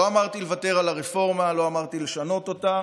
לא אמרתי לוותר על הרפורמה, לא אמרתי לשנות אותה